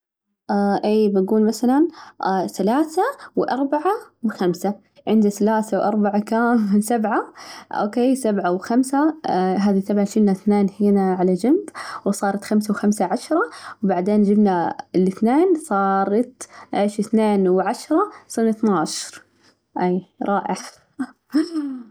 إيه بجول مثلاً ثلاثة وأربعة وخمسة، عندي ثلاثة وأربعة كام سبعة، أوكي سبعة وخمسة هذي طبعًا شلنا اثنين هنا على جنب وصارت خمسة وخمسة عشرة، وبعدين جبنا الاثنين، صارت إيش؟ اثنين وعشرة صار اثنة عشر إيه، أي رائع.